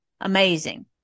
Amazing